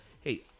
hey